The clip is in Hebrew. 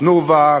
"תנובה",